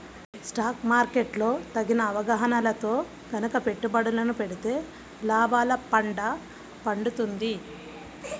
stock market లో తగిన అవగాహనతో గనక పెట్టుబడులను పెడితే లాభాల పండ పండుతుంది